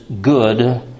good